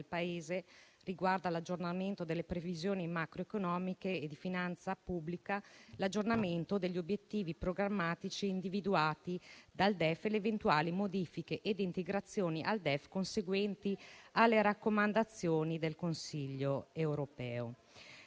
Paese; riguarda l'aggiornamento delle previsioni macroeconomiche e di finanza pubblica, l'aggiornamento degli obiettivi programmatici individuati dal DEF e le eventuali modifiche e integrazioni al DEF conseguenti alle raccomandazioni del Consiglio europeo.